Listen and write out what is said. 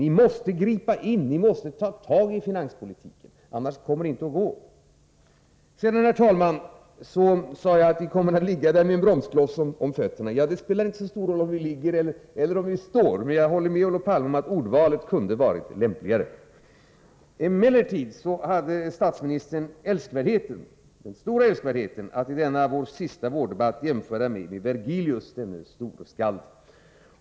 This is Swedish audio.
Ni måste ingripa och ta ett fast grepp om finanspolitiken — annars kommer det inte att gå! Herr talman! Sedan sade jag att vi kommer att ligga där med en bromskloss om fötterna. Ja, det spelar inte så stor roll om vi ligger eller om vi står — men jag håller med Olof Palme om att ordvalet kunde varit lämpligare. Emellertid hade statsministern den stora älskvärdheten att i denna vår sista debatt här i vår jämföra mig med Vergilius, denne store skald.